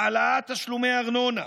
העלאת תשלומי ארנונה,